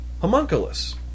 Homunculus